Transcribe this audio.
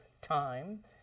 time